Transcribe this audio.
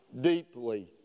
deeply